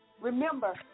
remember